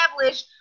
establish